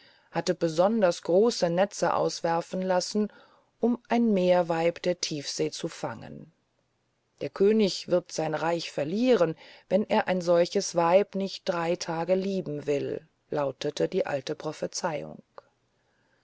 hatte besonders große netze auswerfen lassen um ein meerweib der tiefsee zu fangen der könig wird sein reich verlieren wenn er ein solches weib nicht drei tage lieben will lautete eine alte prophezeiung